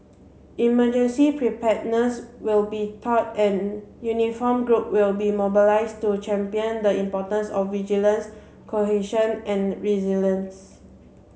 emergency preparedness will be taught and uniformed group will be mobilised to champion the importance of vigilance cohesion and resilience